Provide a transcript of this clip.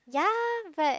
ya but